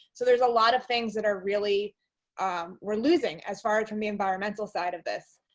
so there's a lot of things that are really um we're losing as far as from the environmental side of this